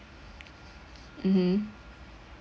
mmhmm